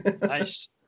Nice